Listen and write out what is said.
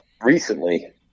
recently